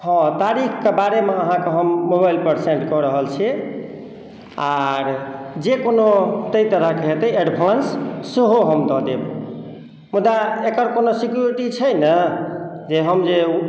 हँ तारीखके बारेमे अहाँके हम मोबाइलपर सेन्ड कऽ रहल छिए आओर जे कोनो ताहि तरहके हेतै एडवान्स सेहो हम दऽ देब मुदा एकर कोनो सिक्युरिटी छै ने जे हम जे